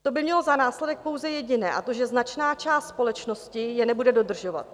To by mělo za následek pouze jediné, že značná část společnosti je nebude dodržovat.